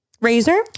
Razor